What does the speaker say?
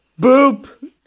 boop